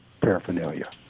paraphernalia